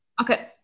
Okay